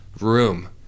room